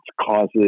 causes